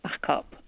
backup